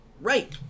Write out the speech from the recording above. right